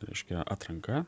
reiškia atranka